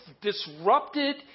disrupted